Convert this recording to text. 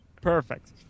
Perfect